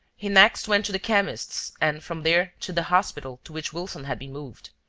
he next went to the chemist's and, from there, to the hospital to which wilson had been moved.